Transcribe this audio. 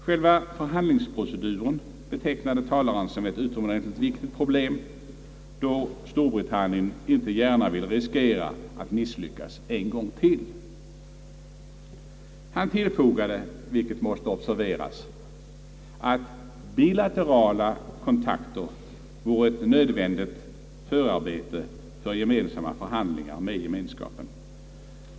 Själva förhandlingsproceduren betecknade talaren som ett utomordentligt viktigt problem, då Storbritannien inte gärna ville riskera att misslyckas en gång till. Han tillfogade, vilket måste observeras, att bilaterala kontakter vore ett nödvändigt förarbete för gemensamma förhandlingar med gemenskapen.